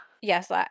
Yes